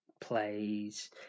plays